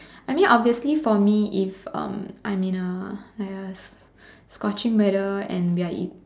I mean obviously for me if um I'm in a I guess scorching weather and we are eat